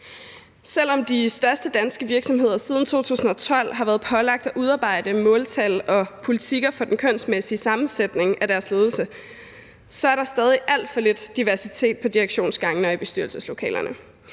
Selv om de største danske virksomheder siden 2012 har været pålagt at udarbejde måltal og politikker for den kønsmæssige sammensætning af deres ledelse, er der stadig alt for lidt diversitet på direktionsgangene og i bestyrelseslokalerne.